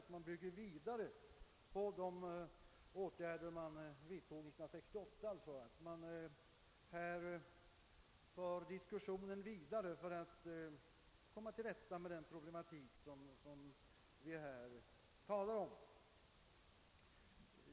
De åtgärder som vidtogs 1968 bör följas upp och diskussionen föras vidare om vi skall komma till rätta med de frågor som vi här behandlar.